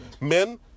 Men